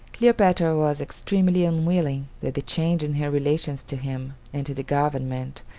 cleopatra was extremely unwilling that the change in her relations to him and to the government,